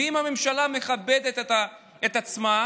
ואם הממשלה מכבדת את עצמה,